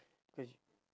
cause you